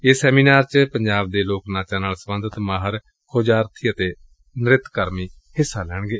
ਏਸ ਸੈਮੀਨਾਰ ਚ ਪੰਜਾਬ ਦੇ ਲੋਕ ਨਾਚਾ ਨਾਲ ਸਬੰਧਤ ਮਾਹਿਰ ਖੋਜਰਥੀ ਅਤੇ ਨ੍ਤਿਤਕਰਮੀ ਹਿੱਸਾ ਲੈਣਗੇ